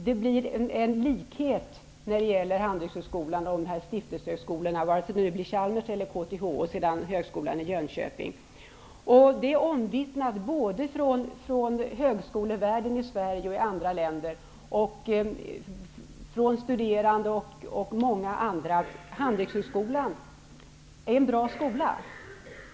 Det blir en likhet mellan Handelshögskolan och stiftelsehögskolorna -- Chalmers eller KTH, och Högskolan i Jönköping -- och det är omvittnat från högskolevärlden både i Sverige och i andra länder, från studerande och från många andra att Handelshögskolan är en bra skola.